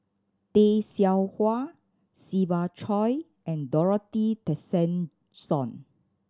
Tay Seow Huah Siva Choy and Dorothy Tessensohn